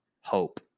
hope